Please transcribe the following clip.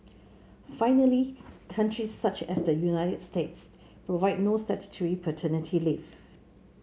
finally countries such as the United States provide no statutory paternity leave